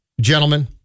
gentlemen